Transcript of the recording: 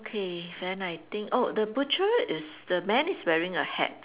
okay then I think oh the butcher is the man is wearing a hat